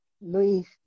Luis